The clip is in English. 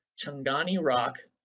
chongoni rock.